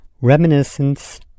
Reminiscence